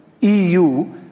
EU